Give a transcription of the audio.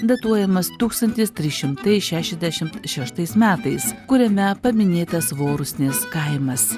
datuojamas tūkstantis trys šimtai šešiasdešimt šeštais metais kuriame paminėtas vorusnės kaimas